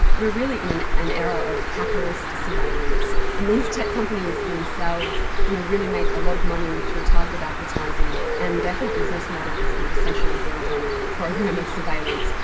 we're really in an an era of capitalist surveillance, and these tech companies themselves you know really make a lot of money through targeted advertising, and their whole business model is kind of essentially built on a program of surveillance.